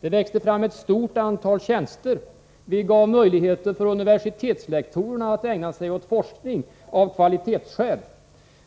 Det växte fram ett stort antal tjänster. Vi gav möjligheter för universitetslektorerna att ägna sig åt forskning, av kvalitetsskäl.